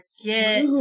forget